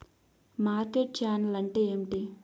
Market channel అంటే ఏమిటి?